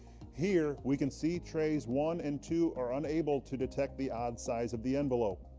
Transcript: here, we can see trays one and two are unable to detect the odd size of the envelope.